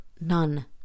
None